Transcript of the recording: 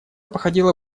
походила